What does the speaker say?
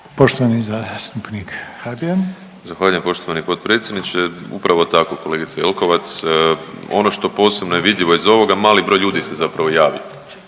Poštovani zastupnik Habijan. **Habijan, Damir (HDZ)** Zahvaljujem potpredsjedniče. Upravo tako kolegice Jelkovac, ono što je posebno vidljivo iz ovoga mali broj ljudi se zapravo javi